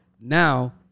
now